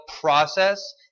process